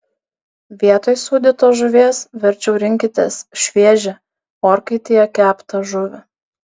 vietoj sūdytos žuvies verčiau rinkitės šviežią orkaitėje keptą žuvį